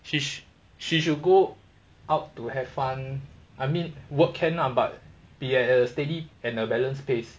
she she should go out to have fun I mean work can ah but be at a steady and a balance pace